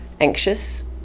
anxious